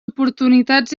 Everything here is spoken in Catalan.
oportunitats